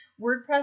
WordPress